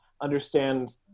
understand